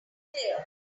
clear